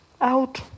out